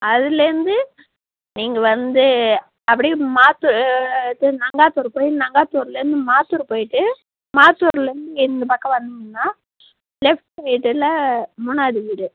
அதுலேருந்து நீங்கள் வந்து அப்படியே மாற்று இது நங்காத்தூர் போய் நங்காத்தூர்லேருந்து மாத்தூர் போய்விட்டு மாத்தூர்லேருந்து இந்த பக்கம் வந்தீங்கன்னால் லெஃப்ட் சைடில் மூணாவது வீடு